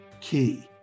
Key